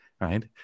right